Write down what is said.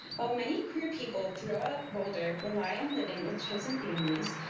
well, many queer people throw up boulder rely on living with chosen families,